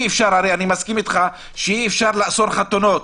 מסכים אתך שאי-אפשר לאסור חתונות